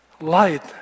Light